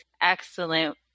excellent